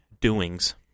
doings